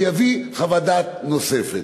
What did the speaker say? ויביא חוות דעת נוספת.